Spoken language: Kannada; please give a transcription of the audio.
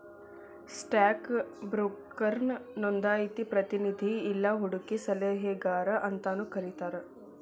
ಸ್ಟಾಕ್ ಬ್ರೋಕರ್ನ ನೋಂದಾಯಿತ ಪ್ರತಿನಿಧಿ ಇಲ್ಲಾ ಹೂಡಕಿ ಸಲಹೆಗಾರ ಅಂತಾನೂ ಕರಿತಾರ